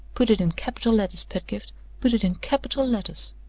put it in capital letters, pedgift put it in capital letters!